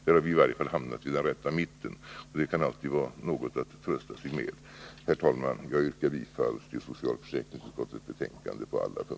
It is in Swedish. Vi har då i alla fall hamnat på rätt nivå i mitten. Det kan alltid vara något att trösta sig med. Herr talman! Jag yrkar bifall till socialförsäkringsutskottets hemställan på alla punkter.